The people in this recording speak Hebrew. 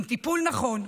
עם טיפול נכון,